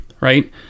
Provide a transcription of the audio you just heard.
right